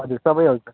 हजुर सबै आउँछ